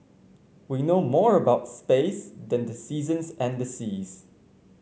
we know more about space than the seasons and the seas